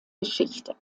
geschichte